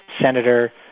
senator